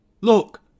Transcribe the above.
look